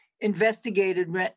investigated